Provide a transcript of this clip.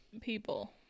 people